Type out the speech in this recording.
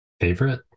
favorite